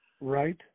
Right